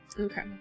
Okay